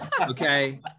Okay